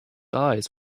eyes